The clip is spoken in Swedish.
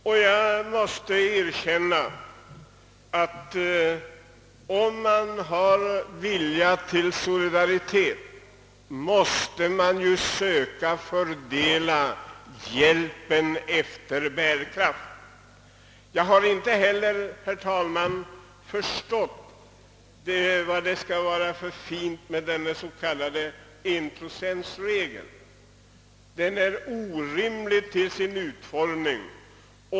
Om man har en vilja till solidaritet måste man också försöka fördela hjälpbördan efter bärkraft. Herr talman! Jag har vidare inte för stått det fina med den s.k. en-procentregeln. Den är orimlig i sin utformning.